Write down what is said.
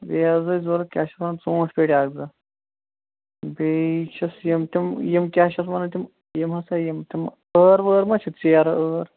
بیٚیہِ حظ ٲسۍ ضروٗرت کیٛاہ چھِ اتھ ونان ژوٗنٛٹھۍ پیٚٹہِ اَکھ زٕ بیٚیہِ چھِس یِم تِم یِم کیٛاہ چھِ اَتھ وَنان تِم یِم ہسا یِم تِم ٲر وٲر ما چھِ ژیرٕ ٲر